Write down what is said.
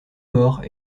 morts